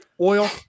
Oil